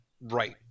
Right